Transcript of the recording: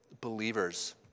believers